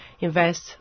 invest